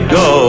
go